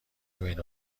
بین